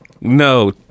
No